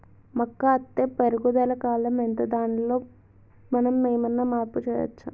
మొక్క అత్తే పెరుగుదల కాలం ఎంత దానిలో మనం ఏమన్నా మార్పు చేయచ్చా?